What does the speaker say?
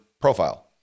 profile